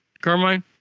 Carmine